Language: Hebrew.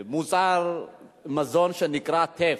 מוצר מזון שנקרא טף.